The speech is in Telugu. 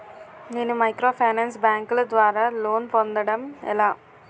నేను మైక్రోఫైనాన్స్ బ్యాంకుల ద్వారా లోన్ పొందడం ఎలా?